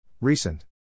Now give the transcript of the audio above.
Recent